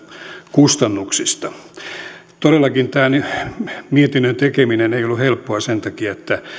kustannuksista todellakaan tämän mietinnön tekeminen ei ollut helppoa sen takia että